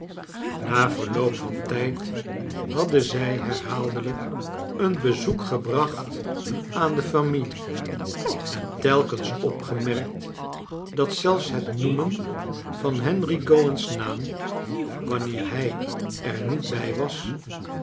na verloop van tijd hadden zij herhaaldelijk een bezoek gebracht aan de familie en telkens opgemerkt dat zelfs het noemen van henry gowan's jiaam wanneer hij er niet bij was